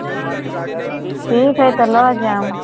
ठीक हइ तऽ लऽ जाउ